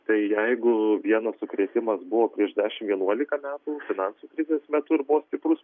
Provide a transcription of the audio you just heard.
tai jeigu vienas sukrėtimas buvo prieš dešimt vienuolika metų finansų krizės metu ir buvo stiprūs